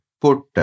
put